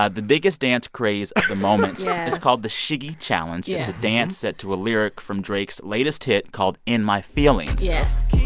ah the biggest dance craze at the moment is called the shiggy challenge. it's a dance set to a lyric from drake's latest hit called in my feelings. yes